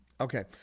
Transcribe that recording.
Okay